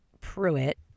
Pruitt